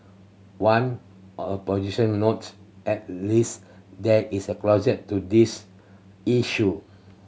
one a position note at least there is a closure to this issue